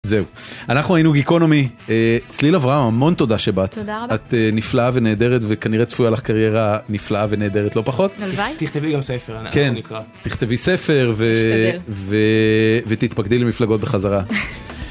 זהו, אנחנו היינו גיקונומי, צליל אברהם, המון תודה שבאת. תודה רבה. את נפלאה ונהדרת וכנראה צפויה לך קריירה נפלאה ונהדרת לא פחות. הלוואי. תכתבי גם ספר, אנחנו נקרא. תכתבי ספר אשתדל ותתפקדי למפלגות בחזרה.